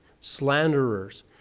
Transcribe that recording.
slanderers